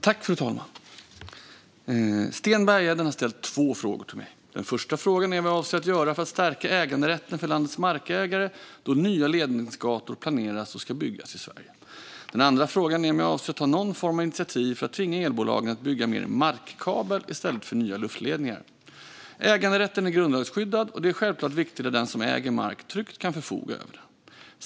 Fru talman! Sten Bergheden har ställt två frågor till mig. Den första frågan är vad jag avser att göra för att stärka äganderätten för landets markägare då nya ledningsgator planeras och ska byggas i Sverige. Den andra frågan är om jag avser att ta någon form av initiativ för att tvinga elbolagen att bygga mer markkabel i stället för nya luftledningar. Äganderätten är grundlagsskyddad, och det är självklart viktigt att den som äger mark tryggt kan förfoga över den.